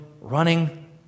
running